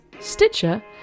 Stitcher